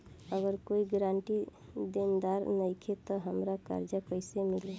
अगर कोई गारंटी देनदार नईखे त हमरा कर्जा कैसे मिली?